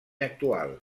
actual